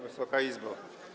Wysoka Izbo!